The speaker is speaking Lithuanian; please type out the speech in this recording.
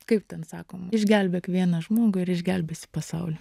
kaip ten sakom išgelbėk vieną žmogų ir išgelbėsi pasaulį